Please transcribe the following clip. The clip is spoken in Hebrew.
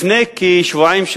לפני כשבועיים,